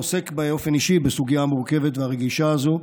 עוסק באופן אישי בסוגיה המורכבת והרגישה הזו,